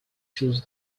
choose